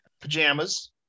pajamas